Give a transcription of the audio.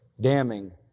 damning